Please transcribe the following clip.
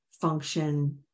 function